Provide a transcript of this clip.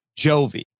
Jovi